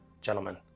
gentlemen